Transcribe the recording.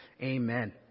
Amen